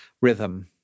rhythm